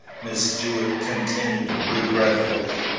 miss jewett continued, regretfully.